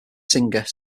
singer